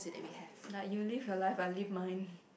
like you live your life I live mine